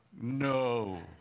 no